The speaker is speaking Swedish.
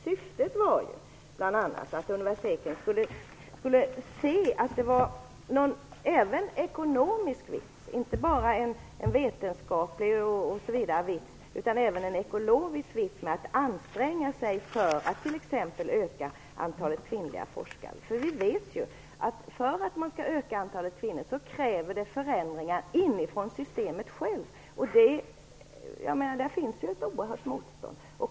Syftet var bl.a. att universiteten även skulle se en ekonomisk vits, inte bara vetenskaplig, med att anstränga sig för att t.ex. öka antalet kvinnliga forskare. Vi vet att det för att kunna öka antalet kvinnor krävs förändringar inifrån systemet självt. Där finns ett oerhört motstånd.